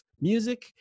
music